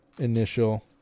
initial